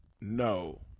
no